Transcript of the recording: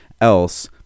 else